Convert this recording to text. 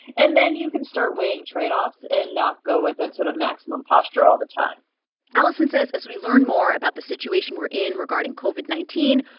and then you can start weighing tradeoffs and not go with that sort of maximum posture all the time allison says as we learn more about the situation we're in regarding covid nineteen,